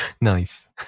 Nice